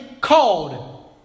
called